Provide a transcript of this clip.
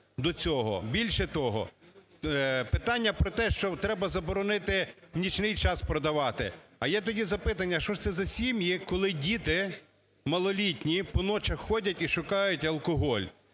Більше того, питання про те, що треба заборонити в нічний час продавати. А є тоді запитання, що ж це за сім'ї, коли діти малолітні по ночах ходять і шукають алкоголь?